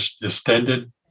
distended